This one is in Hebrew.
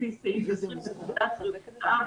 לפי סעיף 20 לפקודת בריאות העם,